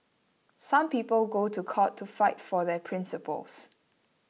some people go to court to fight for their principles